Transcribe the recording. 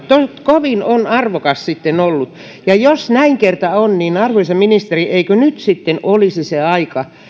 kovin on arvokas sitten ollut ja jos näin kerta on arvoisa ministeri eikö nyt sitten olisi se aika